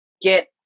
get